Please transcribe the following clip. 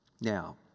Now